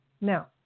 Now